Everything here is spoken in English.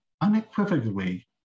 unequivocally